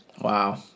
Wow